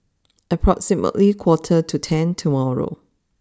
approximately quarter to ten tomorrow